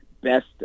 best